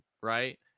right